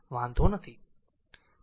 વાંધો નથી